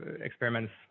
experiments